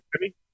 ready